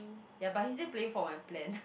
ya but he's still paying for my plan